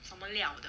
什么料的